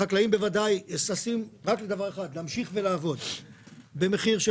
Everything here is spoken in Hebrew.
החקלאים ששים להמשיך לעבוד במחיר של